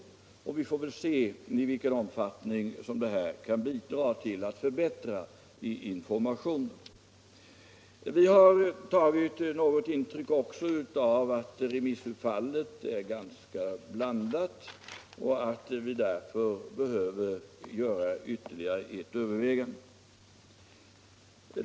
Vi får väl se i vilken omfattning som det här kan bidra till att förbättra informationen. Vi har också i viss mån tagit intryck av att remissutfallet varit ganska blandat och menar, att vi därför ytterligare behöver överväga detta.